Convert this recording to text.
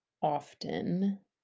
often